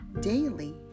daily